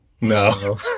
No